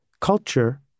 Culture